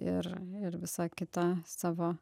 ir ir visa kita savo